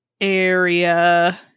area